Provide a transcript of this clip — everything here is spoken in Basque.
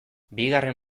bigarren